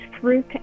fruit